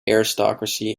aristocracy